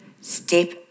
step